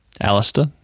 Alistair